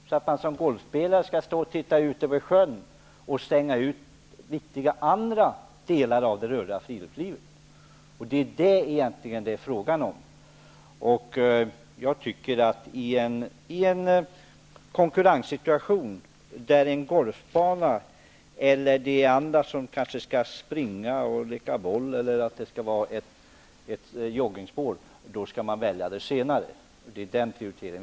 Som golfspelare behöver man inte stå och titta ut över sjön och därmed utestänga andra viktiga delar av friluftslivet. Det är det som det egentligen är fråga om. I en konkurrenssituation mellan golfbana, bollspel och joggingspår, skall man välja något av de senare alternativen. Det är vår prioritering.